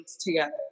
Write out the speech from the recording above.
together